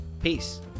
Peace